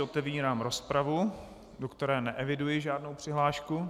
Otevírám rozpravu, do které neeviduji žádnou přihlášku.